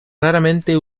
raramente